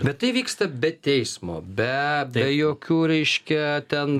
bet tai vyksta be teismo ne be jokių reiškia ten